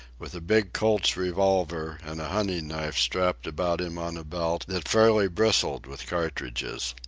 with a big colt's revolver and a hunting-knife strapped about him on a belt that fairly bristled with cartridges.